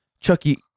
Chucky